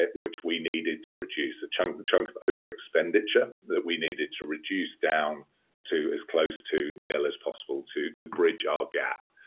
ah which we needed to reduce. a chunk but of over-expenditure that we needed to reduce down to as close to, nearly as possible to to bridge our gap.